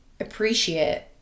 appreciate